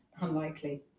unlikely